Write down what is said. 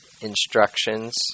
instructions